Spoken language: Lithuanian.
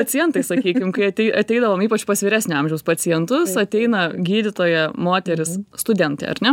pacientai sakykim kai atei ateidavom ypač pas vyresnio amžiaus pacientus ateina gydytoja moteris studentai ar ne